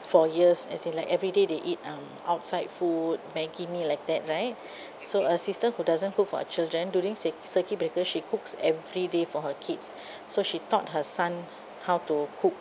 for years as in like everyday they eat um outside food Maggi mee like that right so a sister who doesn't cook for her children during cir~ circuit breaker she cooks every day for her kids so she taught her son how to cook